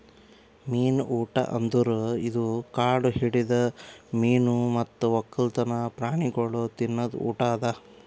ಮೀನು ಊಟ ಅಂದುರ್ ಇದು ಕಾಡು ಹಿಡಿದ ಮೀನು ಮತ್ತ್ ಒಕ್ಕಲ್ತನ ಪ್ರಾಣಿಗೊಳಿಗ್ ತಿನದ್ ಊಟ ಅದಾ